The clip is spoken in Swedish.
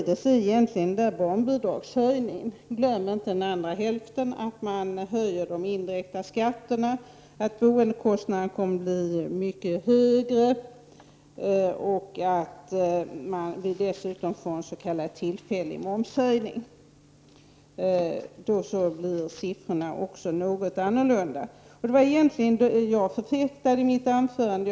Detsamma gäller egentligen barnbidragshöjningen. Glöm inte att man också höjer de indirekta skatterna, att boendekostnaderna kommer att bli mycket högre och att vi dessutom får en s.k. tillfällig momshöjning. Då blir siffrorna också andra. Det var egentligen detta jag förfäktade i mitt anförande.